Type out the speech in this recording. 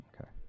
Okay